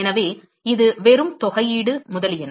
எனவே இது வெறும் தொகையீடு முதலியன முதலியன